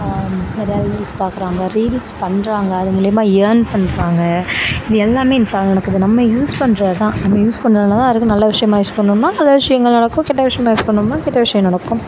நிறையா ரீல்ஸ் பார்க்கறாங்க ரீல்ஸ் பண்றாங்க அது மூலிமா ஏர்ன் பண்றாங்க இங்கே எல்லாமே இன்ஸ்டாவில் நடக்குது நம்ம யூஸ் பண்றது தான் நம்ம யூஸ் பண்ணறதில் தான் இருக்குது நல்ல விஷயமா யூஸ் பண்ணோம்னால் நல்ல விஷயங்கள் நடக்கும் கெட்ட விஷயமாக யூஸ் பண்ணோம்னால் கெட்ட விஷியம் நடக்கும்